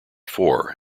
four